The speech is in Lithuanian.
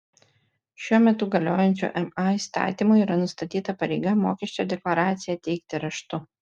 šiuo metu galiojančiu ma įstatymu yra nustatyta pareiga mokesčio deklaraciją teikti raštu